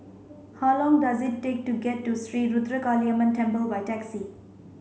how long does it take to get to Sri Ruthra Kaliamman Temple by taxi